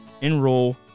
Enroll